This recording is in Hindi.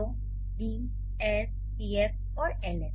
तो डी एस पीएफ और एलएफ